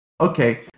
Okay